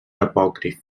apòcrif